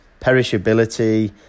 perishability